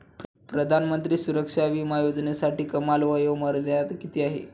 प्रधानमंत्री सुरक्षा विमा योजनेसाठी कमाल वयोमर्यादा किती आहे?